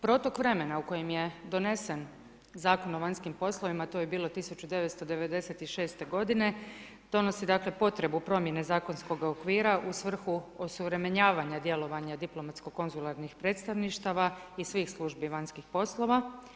Protok vremena u kojim je donesen Zakon o vanjskim poslovima, to je bilo 1996. g. donosi potrebu promjene zakonskog okvira u svrhu osuvremenjivanja djelovanja diplomatskog konzularnih predstavništava i svih službi vanjskih poslova.